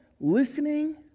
listening